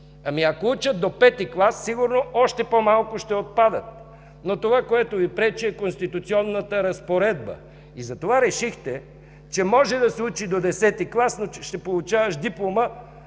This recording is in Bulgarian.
Ами ако учат до пети клас, сигурно още по-малко ще отпадат, но това, което Ви пречи, е конституционната разпоредба и затова решихте, че може да се учи до десети клас, но ще получаваш диплома